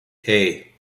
hey